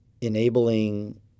enabling